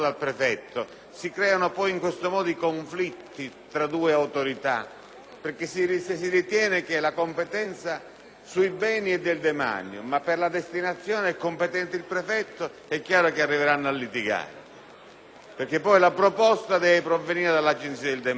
ritiene infatti che la competenza sui beni è del demanio, ma per la destinazione è competente il prefetto: è chiaro che arriveranno a litigare, perché la proposta deve provenire dall'Agenzia del demanio. Riteniamo che i nostri emendamenti portino